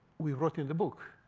we wrote in the book.